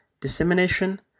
dissemination